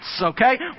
okay